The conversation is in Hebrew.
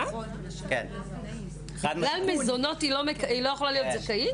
מה?! בגלל מזונות היא לא יכולה להיות זכאית?